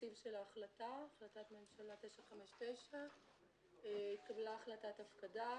תקציב של החלטת ממשלה 959. התקבלה החלטת הפקדה,